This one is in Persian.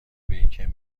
بیکن